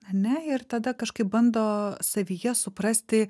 ane ir tada kažkaip bando savyje suprasti